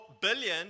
billion